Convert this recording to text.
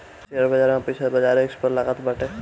share बाजार में पईसा बाजार रिस्क पअ लागत बाटे